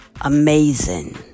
amazing